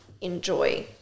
enjoy